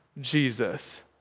Jesus